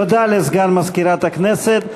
תודה לסגן מזכירת הכנסת.